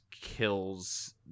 kills